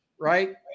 Right